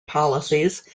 policies